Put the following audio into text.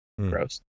Gross